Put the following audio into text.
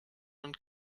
und